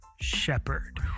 shepherd